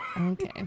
Okay